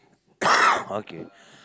okay